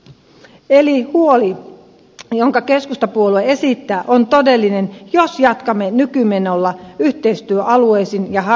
eli huoli jonka keskustapuolue esittää on todellinen jos jatkamme nykymenolla yhteistyöalueisiin ja hallintohimmeleihin tukeutuen